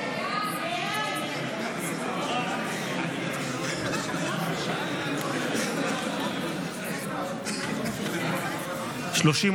לסעיף 18 בדבר תוספת תקציב לא נתקבלו.